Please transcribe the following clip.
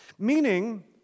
Meaning